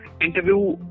interview